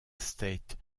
state